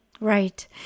Right